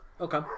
Okay